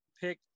pick